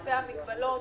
למעשה המגבלות